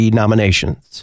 nominations